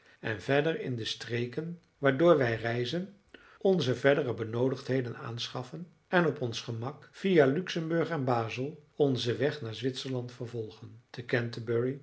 en verder in de streken waardoor wij reizen onze verdere benoodigdheden aanschaffen en op ons gemak via luxemburg en bazel onzen weg naar zwitserland vervolgen te